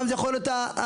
פעם זה יכול להיות הסבתא,